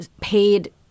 paid